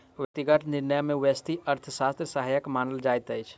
व्यक्तिगत निर्णय मे व्यष्टि अर्थशास्त्र सहायक मानल जाइत अछि